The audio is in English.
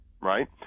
right